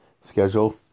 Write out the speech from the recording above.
schedule